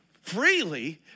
freely